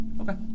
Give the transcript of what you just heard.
Okay